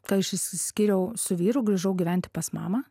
kai aš išsiskyriau su vyru grįžau gyventi pas mamą